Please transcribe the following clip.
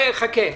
חכה.